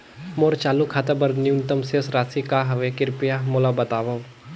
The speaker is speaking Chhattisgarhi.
मोर चालू खाता बर न्यूनतम शेष राशि का हवे, कृपया मोला बतावव